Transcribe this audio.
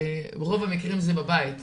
רוב המקרים זה בבית,